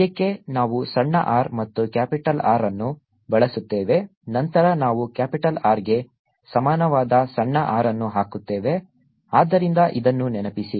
ಸದ್ಯಕ್ಕೆ ನಾವು ಸಣ್ಣ r ಮತ್ತು ಕ್ಯಾಪಿಟಲ್ R ಅನ್ನು ಬಳಸುತ್ತೇವೆ ನಂತರ ನಾವು ಕ್ಯಾಪಿಟಲ್ R ಗೆ ಸಮಾನವಾದ ಸಣ್ಣ r ಅನ್ನು ಹಾಕುತ್ತೇವೆ ಆದ್ದರಿಂದ ಇದನ್ನು ನೆನಪಿಸಿ